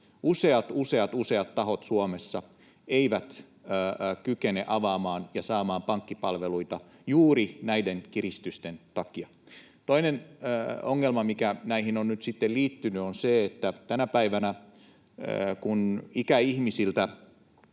Useat, useat, useat tahot Suomessa eivät kykene avaamaan ja saamaan pankkipalveluita juuri näiden kiristysten takia. Toinen ongelma, mikä näihin on nyt liittynyt, on se, että kun tänä päivänä ikäihmisiltä